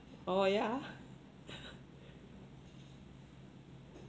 oh yeah